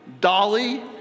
Dolly